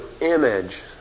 image